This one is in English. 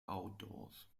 outdoors